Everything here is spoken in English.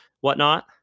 whatnot